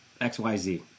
xyz